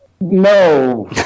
no